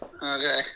Okay